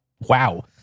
Wow